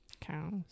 cows